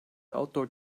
outdoor